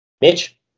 Mitch